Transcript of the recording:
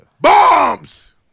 Bombs